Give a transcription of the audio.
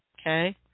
Okay